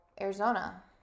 Arizona